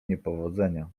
niepowodzenia